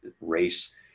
race